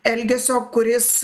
elgesio kuris